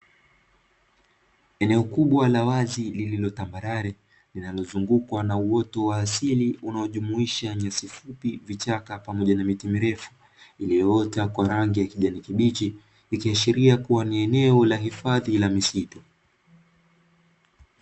Eneo kubwa la wazi, lililo tambarare na linalozungukwa na uoto wa asili unaojumuisha nyasi fupi, vichaka pamoja na miti mirefu, iliyota kwa rangi ya kijani kibichi, ikiashiria kuwa ni eneo la hifadhi la misitu.